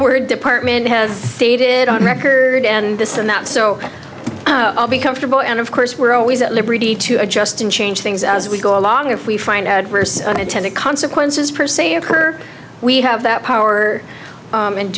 word department has stated on record and this and that so i'll be comfortable and of course we're always at liberty to adjust and change things as we go along if we find adverse unintended consequences per se occur we have that power